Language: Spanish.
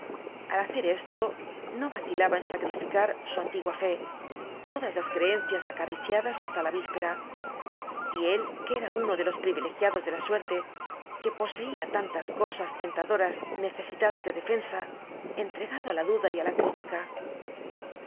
al hacer esto no vacilaba en sacrificar su antigua fe todas las creencias acariciadas hasta la víspera y él que era uno de los privilegiados de la suerte que poseía tantas cosas tentadoras necesitadas de defensa entregado á la duda y la crítica